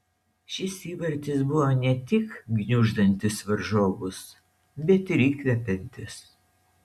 šis įvartis buvo ne tik gniuždantis varžovus bet ir įkvepiantis